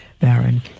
baron